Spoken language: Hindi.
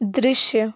दृश्य